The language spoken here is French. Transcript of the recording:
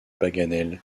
paganel